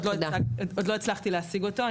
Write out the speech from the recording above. עוד לא הצלחתי להשיג אותו.